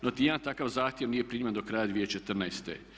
No, niti jedan takav zahtjev nije primljen do kraja 2014.